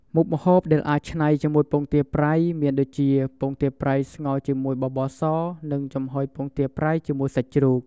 មុខម្ហូបដែលអាចច្នៃជាមួយពងទាប្រៃមានដូចជា ពងទាប្រៃស្ងោរជាមួយបបរស និងចំហុយពងទាប្រៃជាមួយសាច់ជ្រូក។